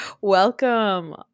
welcome